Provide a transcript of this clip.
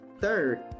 Third